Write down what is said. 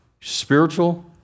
spiritual